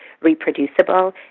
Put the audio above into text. reproducible